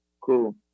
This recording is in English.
Cool